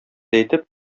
әйтеп